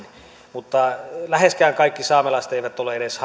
mutta läheskään kaikki saamelaiset eivät ole edes